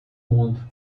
mundo